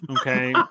okay